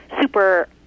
super